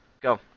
Go